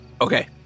Okay